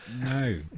No